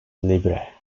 libre